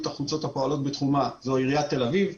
החוצות הפועלות בתחומה זו עיריית תל אביב.